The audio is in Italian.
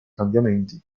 cambiamenti